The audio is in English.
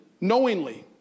knowingly